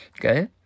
okay